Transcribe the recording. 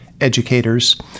educators